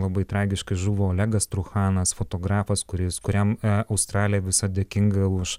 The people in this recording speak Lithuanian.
labai tragiškai žuvo olegas truchanas fotografas kuris kuriam australija visa dėkinga už